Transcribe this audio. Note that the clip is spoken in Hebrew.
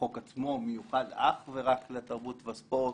החוק עצמו מיוחד אך ורק לתרבות והספורט.